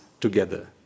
together